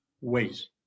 wait